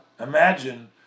imagine